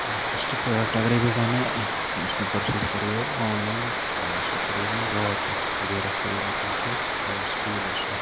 فسٹہٕ product اگرَے بہٕ وَنہٕ یُس مےٚ پرچیز کَرییو آن لاین سۄ کَرے مےٚ واچ اَکھ گٔر اَکھ کَرے مےٚ پرچیز سِٹیٖل ٲس سۄ